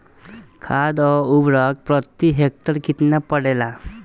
खाध व उर्वरक प्रति हेक्टेयर केतना पड़ेला?